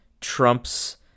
Trump's